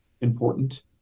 important